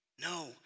No